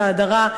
את ההדרה,